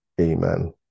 Amen